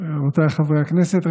רבותיי חברי הכנסת,